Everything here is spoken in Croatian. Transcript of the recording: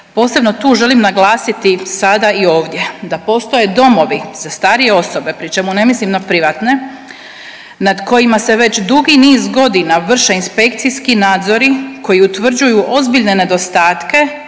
Posebno tu želim naglasiti sada i ovdje da postoje domovi za starije osobe, pri čemu ne mislim na privatne nad kojima se već dugi niz godina vrše inspekcijski nadzori koji utvrđuju ozbiljne nedostatke